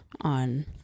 on